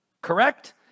correct